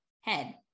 head